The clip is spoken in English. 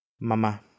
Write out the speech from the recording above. Mama